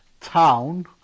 town